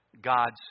God's